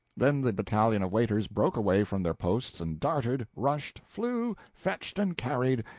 then the battalion of waiters broke away from their posts, and darted, rushed, flew, fetched and carried,